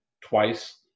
twice